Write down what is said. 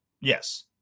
Yes